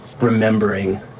remembering